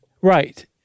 Right